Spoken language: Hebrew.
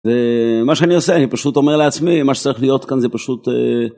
מה שאני עושה, אני פשוט אומר לעצמי, מה שצריך להיות כאן זה פשוט